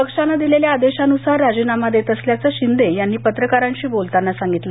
पक्षाने दिलेल्या आदेशानुसार राजीनामा देत असल्याचे शिंदे यांनी पत्रकारांशी बोलताना सांगितलं